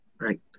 right